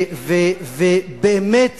ובאמת